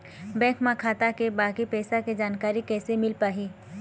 Bank म खाता के बाकी पैसा के जानकारी कैसे मिल पाही?